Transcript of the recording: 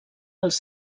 els